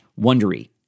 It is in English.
wondery